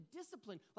discipline